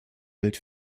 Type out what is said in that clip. bild